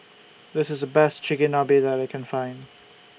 This IS Best Chigenabe that I Can Find